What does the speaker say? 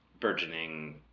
burgeoning